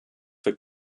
für